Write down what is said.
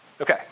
Okay